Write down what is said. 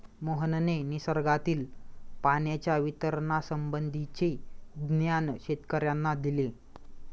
मोहनने निसर्गातील पाण्याच्या वितरणासंबंधीचे ज्ञान शेतकर्यांना दिले